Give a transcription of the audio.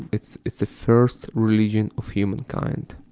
it's it's the first religion of humankind,